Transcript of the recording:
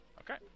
Okay